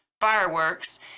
fireworks